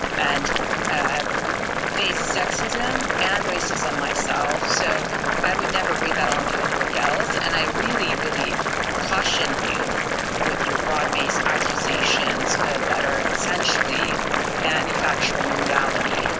and have faced sexism and racism myself, so i would never bring that on to anybody else, and i really, really caution you with your broad-based accusations that are essentially manufacturing reality.